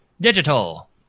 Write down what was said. Digital